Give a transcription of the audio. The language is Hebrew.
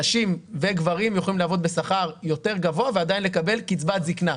נשים וגברים יכולים לעבוד בשכר יותר גבוה ועדיין לקבל קצבת זקנה.